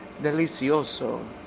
Delicioso